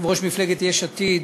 יושב-ראש מפלגת יש עתיד,